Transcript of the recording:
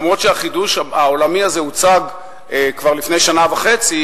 למרות שהחידוש העולמי הזה הוצג כבר לפני שנה וחצי